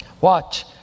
Watch